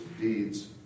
deeds